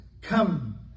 Come